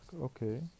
Okay